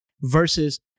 versus